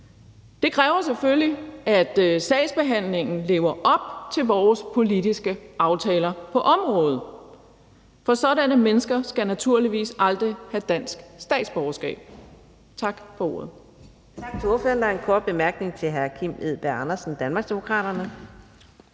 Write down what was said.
Det kræver selvfølgelig, at sagsbehandlingen lever op til vores politiske aftaler på området. For sådanne mennesker skal naturligvis aldrig have dansk statsborgerskab. Tak for ordet.